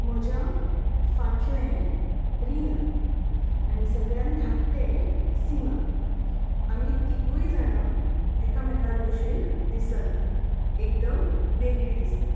म्हज्या फाटले रीना आनी सगळ्यांत धाकटे सीमा आमी तिगूय जाणां एकामेकां बशेन दिसनात एकदम वेगळीं दिसतात